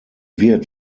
wird